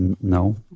No